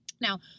Now